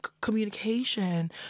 communication